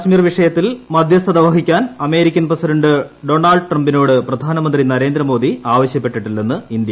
കശ്മീർ വിഷയത്തിൽ മധ്യസ്ഥതൃ വഹിക്കാൻ അമേരിക്കൻ പ്രസിഡന്റ് ഡോണൾഡ് ട്രംപിന്റോട്ട് പ്രിധാനമന്ത്രി നരേന്ദ്രമോദി ആവശ്യപ്പെട്ടിട്ടില്ലെന്ന് ഇന്ത്യ